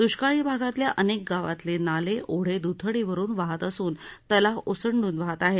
दष्काळी भागातल्या अनेक गावातले नाले ओढे द्थडी भरून वाहत असून तलाव ओसंडून वाहत आहेत